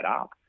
up